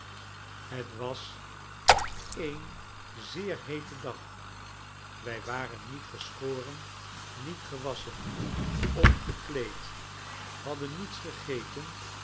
het was een zeer heete dag wij waren niet geschoren niet gewasschen ongekieed hadden niets gegeten